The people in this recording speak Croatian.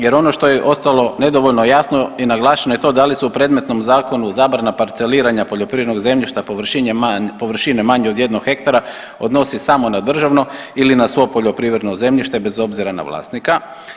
Jer ono što je ostalo nedovoljno jasno i naglašeno je to da li su u predmetnom zakonu zabrana parceliranja poljoprivrednog zemljišta površine manje od 1 ha odnosi samo na državno ili na svo poljoprivredno zemljište bez obzira na vlasnika.